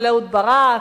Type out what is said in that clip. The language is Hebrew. של אהוד ברק